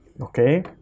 Okay